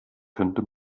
könnte